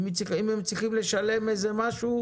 אם הם צריכים לשלם משהו,